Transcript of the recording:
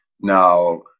now